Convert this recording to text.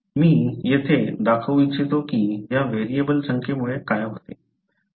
मी येथे दाखवू इच्छितो की या व्हेरिएबल संख्येमुळे काय होते